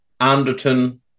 Anderton